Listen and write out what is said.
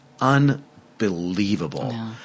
unbelievable